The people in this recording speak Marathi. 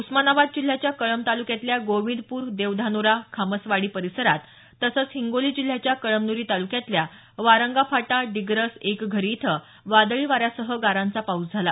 उस्मानाबाद जिल्ह्याच्या कळंब तालुक्यातल्या गोविंदपूर देवधानोरा खामसवाडी परिसरात तसंच हिंगोली जिल्ह्याच्या कळमनुरी तालुक्यातल्या वारंगा फाटा डिग्रस एकघरी इथं वादळी वाऱ्यासह गारांचा पाऊस झाला